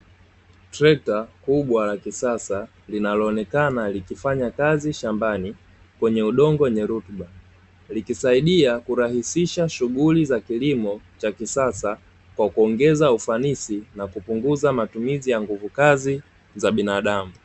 Trekta kubwa la kisasa linaloonekana likifanya kazi shambani kwenye udongo wenye rutuba likisaidia kurahisisha shughuli za kilimo za kisasa kwa kuongeza ufanisi na kupunguza matumizi ya nguvu kazi za binadamu.